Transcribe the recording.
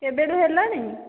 କେବେ ଠୁ ହେଲାଣି